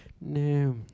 No